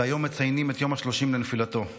שהיום מציינים את יום השלושים לנפילתו.